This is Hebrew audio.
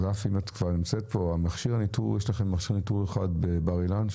אם את כבר נמצאת פה יש לכם מכשיר ניטור אחד בבר אילן,